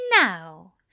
Now